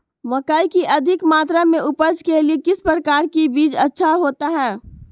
मकई की अधिक मात्रा में उपज के लिए किस प्रकार की बीज अच्छा होता है?